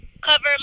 cover